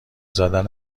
زدن